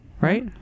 right